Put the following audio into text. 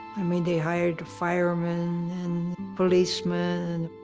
i mean, they hired firemen and policemen.